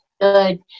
Good